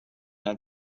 had